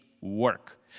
work